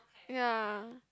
ya